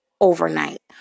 overnight